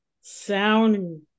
sound